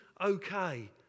okay